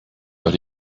but